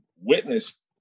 witnessed